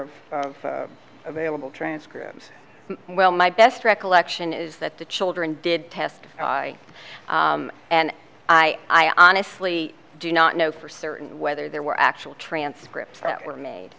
of available transcripts well my best recollection is that the children did testify and i i honestly do not know for certain whether there were actual transcripts that were made